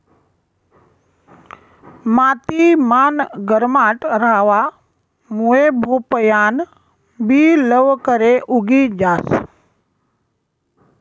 माती मान गरमाट रहावा मुये भोपयान बि लवकरे उगी जास